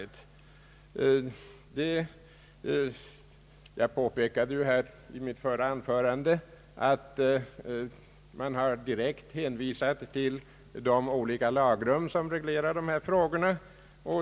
Jag påpekade i mitt förra anförande att det direkt har hänvisats till de olika lagrum som reglerar dessa frågor.